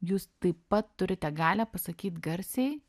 jūs taip pat turite galią pasakyt garsiai